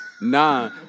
Nah